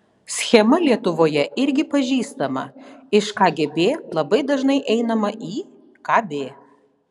schema lietuvoje irgi pažįstama iš kgb labai dažnai einama į kb